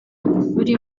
buri